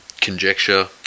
conjecture